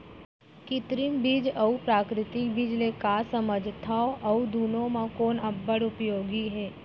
कृत्रिम बीज अऊ प्राकृतिक बीज ले का समझथो अऊ दुनो म कोन अब्बड़ उपयोगी हे?